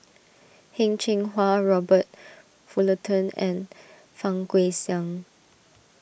Heng Cheng Hwa Robert Fullerton and Fang Guixiang